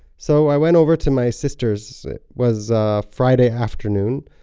so i went over to my sister's, it was a friday afternoon.